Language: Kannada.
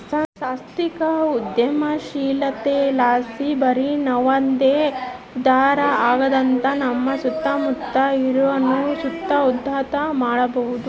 ಸಾಂಸ್ಥಿಕ ಉದ್ಯಮಶೀಲತೆಲಾಸಿ ಬರಿ ನಾವಂದೆ ಉದ್ಧಾರ ಆಗದಂಗ ನಮ್ಮ ಸುತ್ತಮುತ್ತ ಇರೋರ್ನು ಸುತ ಉದ್ಧಾರ ಮಾಡಬೋದು